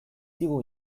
digu